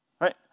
right